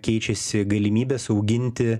keičiasi galimybės auginti